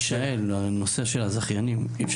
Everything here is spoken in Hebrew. מישאל, הנושא של הזכיינים, זה